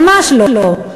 ממש לא.